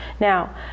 Now